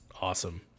Awesome